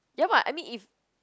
ya [what] I mean if